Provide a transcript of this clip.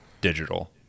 Digital